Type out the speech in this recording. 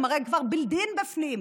הם הרי כבר build-in בפנים,